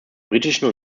britischen